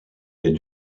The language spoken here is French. est